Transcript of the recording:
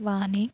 వాని